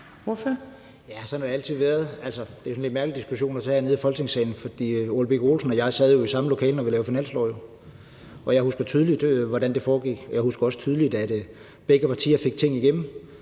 lidt mærkelig diskussion at tage hernede i Folketingssalen, for Ole Birk Olesen og jeg sad jo i samme lokale, når vi lavede finanslov, og jeg husker tydeligt, hvordan det foregik. Jeg husker også tydeligt, at begge partier fik ting igennem,